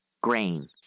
grain